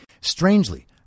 Strangely